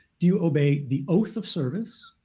do you obeyed the oath of service,